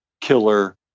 killer